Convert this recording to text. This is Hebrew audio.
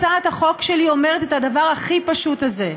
לכן, הצעת החוק שלי אומרת את הדבר הכי פשוט הזה: